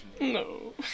No